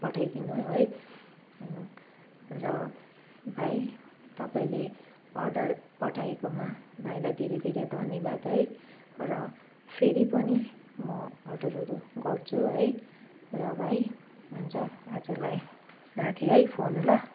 पठाइदिनु है र भाइ तपाईँले अर्डर पठाएकोमा भाइलाई धेरै धेरै धन्यवाद है र फेरि पनि म अर्डरहरू गर्छु है र भाइ हुन्छ आजलाई राखेँ है फोन ल